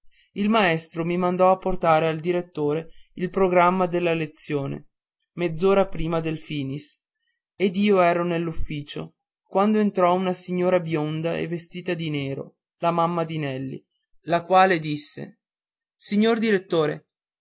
il maestro mi mandò a portare al direttore il programma della lezione mezz'ora prima del finis ed io ero nell'ufficio quando entrò una signora bionda e vestita di nero la